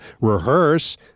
Rehearse